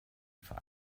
für